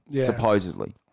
supposedly